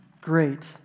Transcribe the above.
great